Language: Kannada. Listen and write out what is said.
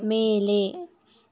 ಮೇಲೆ